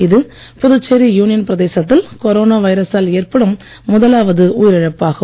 இது புதுச்சேரி யுனியன் பிரதேசத்தில் கொரோனா வைரஸால் ஏற்படும் முதலாவது உயிரிழப்பாகும்